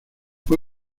fue